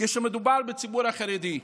כשמדובר בציבור החרדי.